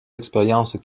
expériences